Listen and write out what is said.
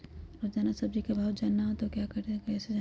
रोजाना सब्जी का भाव जानना हो तो क्या करें कैसे जाने?